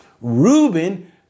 Reuben